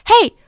Hey